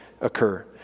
occur